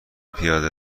پیاده